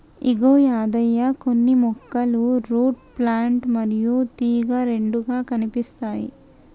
ఇగో యాదయ్య కొన్ని మొక్కలు root plant మరియు తీగ రెండుగా కనిపిస్తాయి